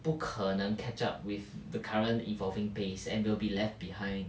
不可能 catch up with the current evolving pace and we'll be left behind